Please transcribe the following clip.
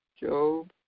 Job